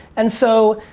and so,